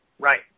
Right